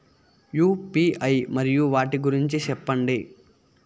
UPI మరియు వాటి గురించి సెప్పండి?